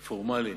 פורמלי,